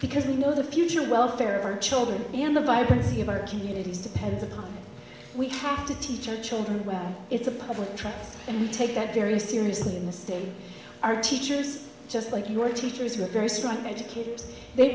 because we know the future welfare of our children and the vibrancy of our communities depends upon we have to teach our children where it's a public trust and we take that very seriously in this state our teachers just like your teachers who are very strong educators they